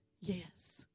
yes